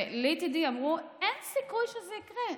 ולי, תדעי, אמרו: אין סיכוי שזה יקרה.